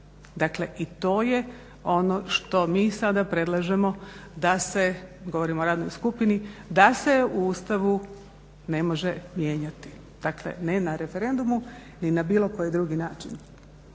Dakle, i to je ono što mi sada predlažemo da se govorim o radnoj skupini da se u Ustavu ne može mijenjati. Dakle, ne na referendumu ni na bilo koji drugi način.